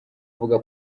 avuga